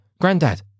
granddad